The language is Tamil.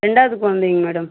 ரெண்டாவது குலந்தைங்க மேடம்